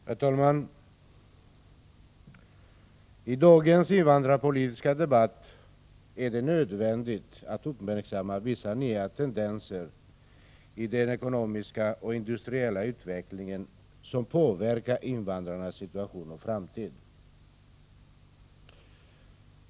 Herr talman! I dagens invandrarpolitiska debatt är det nödvändigt att uppmärksamma vissa nya tendenser i den ekonomiska och industriella utvecklingen som påverkar invandrarnas situation och framtid.